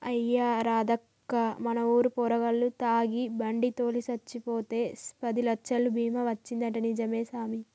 అయ్యా రాదక్కా మన ఊరు పోరగాల్లు తాగి బండి తోలి సచ్చిపోతే పదిలచ్చలు బీమా వచ్చిందంటా నిజమే సామి